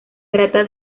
trata